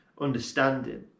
understanding